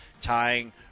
tying